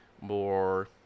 more